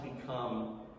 become